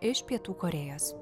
iš pietų korėjos